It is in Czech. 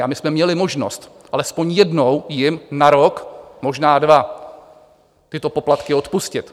A my jsme měli možnost alespoň jednou jim na rok, možná dva tyto poplatky odpustit.